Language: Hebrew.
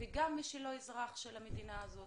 וגם מי שלא אזרח של המדינה הזאת.